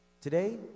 Today